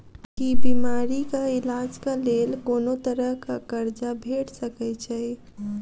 की बीमारी कऽ इलाज कऽ लेल कोनो तरह कऽ कर्जा भेट सकय छई?